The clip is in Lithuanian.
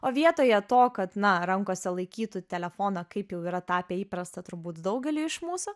o vietoje to kad na rankose laikytų telefoną kaip jau yra tapę įprasta turbūt daugeliui iš mūsų